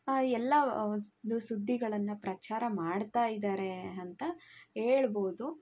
ಆ ಎಲ್ಲ ಇದು ಸುದ್ದಿಗಳನ್ನು ಪ್ರಚಾರ ಮಾಡ್ತಾಯಿದ್ದಾರೆ ಅಂತ ಹೇಳ್ಬೋದು